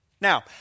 Now